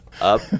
up